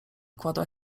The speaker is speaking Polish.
kładła